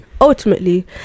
ultimately